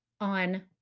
on